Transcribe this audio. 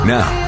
Now